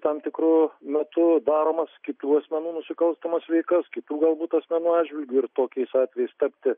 tam tikru metu daromas kitų asmenų nusikalstamas veikas kitų galbūt asmenų atžvilgiu ir tokius atvejus tapti